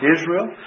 Israel